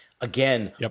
again